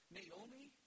Naomi